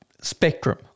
spectrum